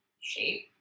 shape